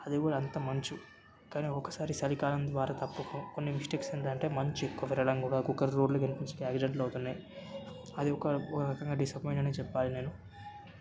అది కూడా అంత మంచు కానీ ఒక్కసారి చలికాలం ద్వారా తప్పక కొన్ని మిస్టేక్స్ ఏంటంటే మంచు ఎక్కువ వెళ్ళడం కూడా ఒక్కొక్కరు రోడ్ల మీదకి వస్తే యాక్సిడెంట్లు అవుతున్నాయి అది ఒక ఒక రకంగా డిస్సపాయింట్ అనే చెప్పాలి నేను